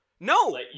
No